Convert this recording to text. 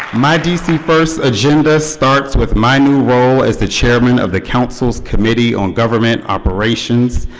my dc first agenda starts with my new role as the chairman of the council's committee on government operations.